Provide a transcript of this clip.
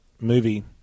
movie